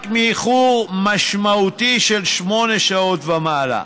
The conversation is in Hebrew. מאיחור משמעותי של שמונה שעות ומעלה.